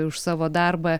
už savo darbą